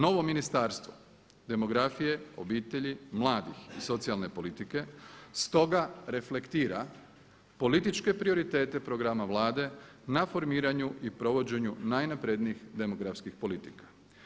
Novo Ministarstvo demografije, obitelji, mladih i socijalne politike stoga reflektira političke prioritete programa Vlade na formiranju i provođenju najnaprednijih demografskih politika.